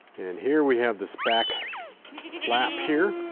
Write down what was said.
and here we have this back flap here.